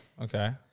Okay